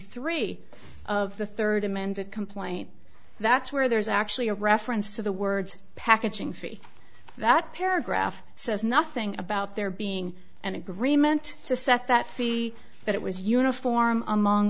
three of the third amended complaint that's where there's actually a reference to the words packaging fee that paragraph says nothing about there being an agreement to set that fee but it was uniform among